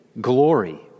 glory